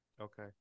Okay